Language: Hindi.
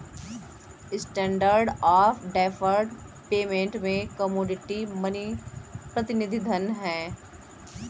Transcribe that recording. स्टैण्डर्ड ऑफ़ डैफर्ड पेमेंट में कमोडिटी मनी प्रतिनिधि धन हैं